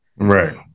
Right